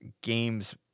games